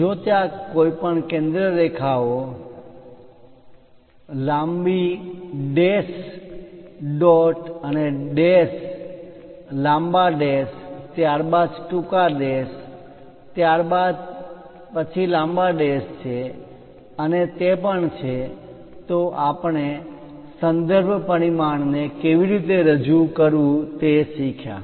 જો ત્યાં કોઈપણ કેન્દ્ર રેખાઓ લાંબી લાંબા ડૅશ ડોટ અને ડૅશ લાંબા ડૅશ ત્યારબાદ ટૂંકા ડૅશ ત્યારબાદ પછી લાંબા ડૅશ છે અને તે પણ છે તો આપણે સંદર્ભ પરિમાણને કેવી રીતે રજૂ કરવું તે શીખ્યા